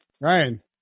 Ryan